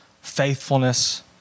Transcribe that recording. faithfulness